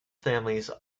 families